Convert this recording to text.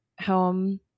home